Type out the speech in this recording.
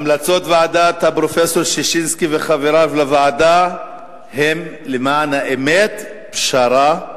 המלצות ועדת פרופסור ששינסקי וחבריו לוועדה הן למען האמת פשרה,